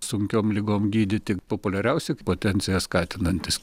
sunkiom ligom gydyti populiariausi potenciją skatinantys